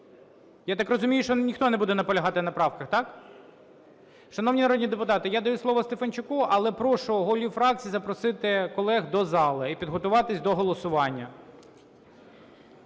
Я так розумію, що ніхто не буде наполягати на правках, так? Шановні народні депутати, я даю слово Стефанчуку, але прошу голів фракцій запросити колег до зали і підготуватись до голосування.